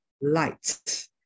light